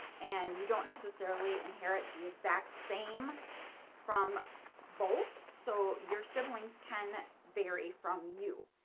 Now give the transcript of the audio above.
and you don't necessarily inherit the exact same from both, so your siblings can vary from you.